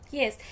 yes